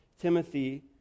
Timothy